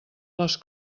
les